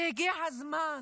והגיע הזמן,